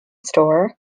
store